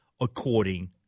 according